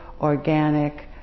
organic